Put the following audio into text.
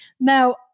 Now